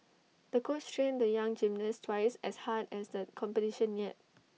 the coach trained the young gymnast twice as hard as the competition neared